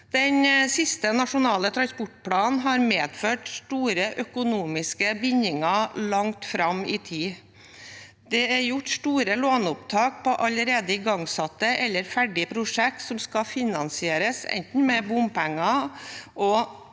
Den siste nasjonale transportplanen har medført store økonomiske bindinger langt fram i tid. Det er gjort store låneopptak på allerede igangsatte eller ferdige prosjekt som skal finansieres med bompenger og